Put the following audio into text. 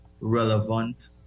relevant